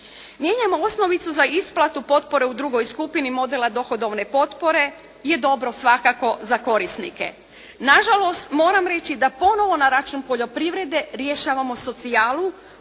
Mijenjamo osnovicu za isplatu potpore u drugoj skupini modela dohodovne potpore je dobro svakako za korisnike. Nažalost moram reći da ponovo na račun poljoprivrede rješavamo socijalu